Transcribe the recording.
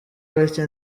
bake